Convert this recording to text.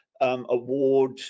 award